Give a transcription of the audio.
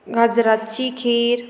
गाजराची खीर